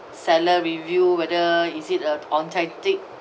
seller review whether is it a authentic